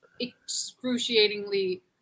excruciatingly